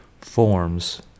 forms